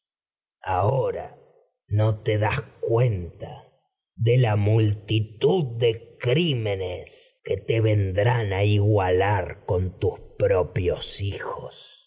ahora no te das cuen te ven drán a igualar ta multitud de crímenes que con tus propios hijos